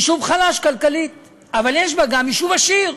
יישוב חלש כלכלית, אבל יש בה גם יישוב עשיר,